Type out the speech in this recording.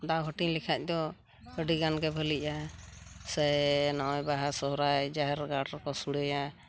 ᱫᱟᱣ ᱦᱟᱹᱴᱤᱧ ᱞᱮᱠᱷᱟᱡ ᱫᱚ ᱟᱹᱰᱤᱜᱟᱱ ᱜᱮ ᱵᱷᱟᱞᱤᱜᱼᱟ ᱥᱮ ᱱᱚᱜᱼᱚᱭ ᱵᱟᱦᱟ ᱥᱚᱦᱚᱨᱟᱭ ᱡᱟᱦᱮᱨ ᱜᱟᱲ ᱨᱮᱠᱚ ᱥᱚᱲᱮᱭᱟ